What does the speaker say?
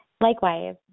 Likewise